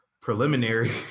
Preliminary